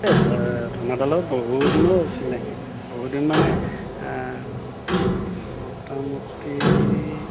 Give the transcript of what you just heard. এই ধনদাৰ লগত বহুত দিনৰ চিনাকি বহুত দিন মানে মোটামুটি